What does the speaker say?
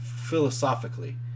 philosophically